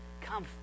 Come